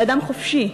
לאדם חופשי?